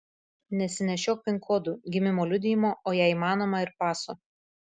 nesinešiok pin kodų gimimo liudijimo o jei įmanoma ir paso